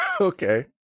Okay